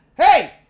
Hey